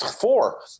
Four